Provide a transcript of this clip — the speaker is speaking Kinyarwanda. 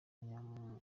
akanyamuneza